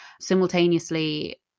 simultaneously